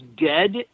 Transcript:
dead